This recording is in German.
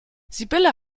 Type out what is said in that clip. sibylle